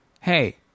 hey